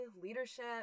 leadership